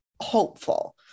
hopeful